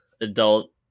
adult